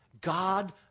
God